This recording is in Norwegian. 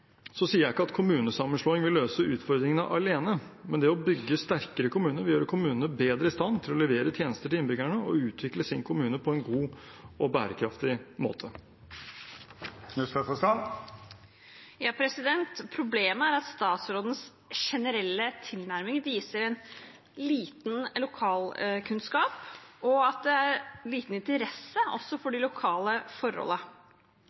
sier ikke at kommunesammenslåing vil løse utfordringene alene, men det å bygge sterkere kommuner vil gjøre kommunene bedre i stand til å levere tjenester til innbyggerne og til å utvikle sin kommune på en god og bærekraftig måte. Problemet er at statsrådens generelle tilnærming viser lite lokalkunnskap og også liten interesse for